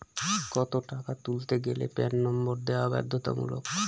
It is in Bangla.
কত টাকা তুলতে গেলে প্যান নম্বর দেওয়া বাধ্যতামূলক?